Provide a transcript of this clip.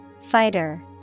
Fighter